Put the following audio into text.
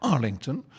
Arlington